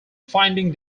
finding